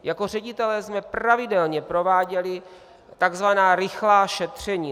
Jako ředitelé jsme pravidelně prováděli tzv. rychlá šetření.